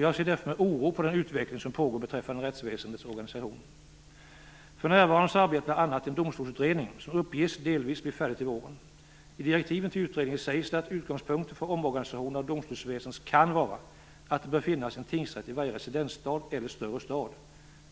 Jag ser därför med oro på den utveckling som pågår beträffande rättsväsendets organisation. För närvarande arbetar bl.a. en domstolsutredning som uppges delvis bli färdig till våren. I direktiven till utredningen sägs det att utgångspunkten för omorganisationen av domstolsväsendet kan vara att det bör finnas en tingsrätt i varje residensstad eller större stad.